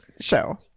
show